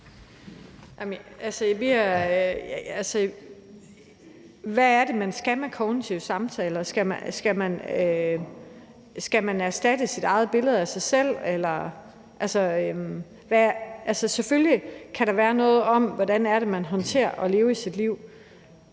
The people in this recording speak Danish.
hvad er det, man skal med kognitive samtaler? Skal man erstattesit eget billede af sig selv? Selvfølgelig kan man tale om, hvordan man håndterer at leve sit liv,